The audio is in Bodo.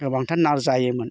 गोबांथार ना जायोमोन